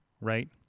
Right